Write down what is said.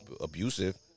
abusive